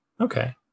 Okay